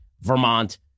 Vermont